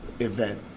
event